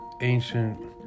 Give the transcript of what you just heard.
ancient